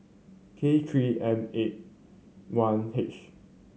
K Three M eight one H